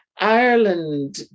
Ireland